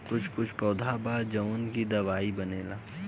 कुछ कुछ पौधा बा जावना से दवाई बनेला